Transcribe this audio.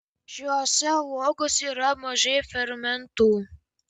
šiose uogose yra mažai fermentų